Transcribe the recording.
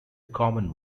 common